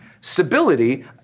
Stability